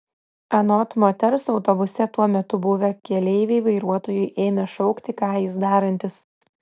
anot moters autobuse tuo metu buvę keleiviai vairuotojui ėmė šaukti ką jis darantis